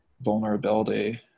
vulnerability